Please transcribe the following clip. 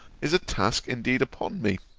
is a task indeed upon me.